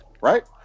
right